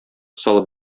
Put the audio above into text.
салып